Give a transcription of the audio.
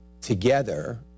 together